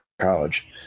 college